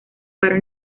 para